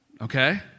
okay